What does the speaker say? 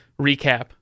recap